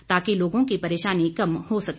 ताकि लोगों की परेशानी कम हो सके